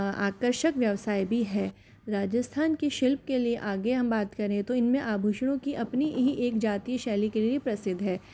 आकर्षक व्यवसाय भी है राजस्थान के शिल्प के लिए आगे हम बात करें तो इनमें आभूषणों की अपनी ही एक जाति शैली के लिए प्रसिद्ध है